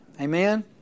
Amen